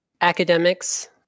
academics